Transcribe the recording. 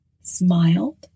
smiled